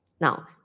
Now